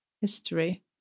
history